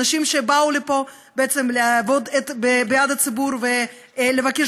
אנשים שבאו לפה בעצם לעבוד בעד הציבור ולבקש